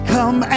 Come